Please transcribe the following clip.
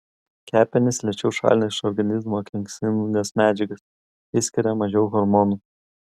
kepenys lėčiau šalina iš organizmo kenksmingas medžiagas išskiria mažiau hormonų